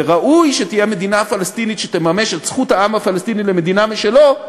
וראוי שתהיה מדינה פלסטינית שתממש את זכות העם הפלסטיני למדינה משלו,